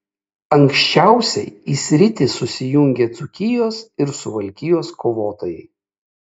anksčiausiai į sritį susijungė dzūkijos ir suvalkijos kovotojai